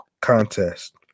contest